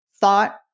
thought